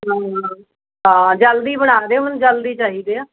ਹਾਂ ਜਲਦੀ ਬਣਾ ਦਿਉ ਮੈਨੂੰ ਜਲਦੀ ਚਾਹੀਦੇ ਆ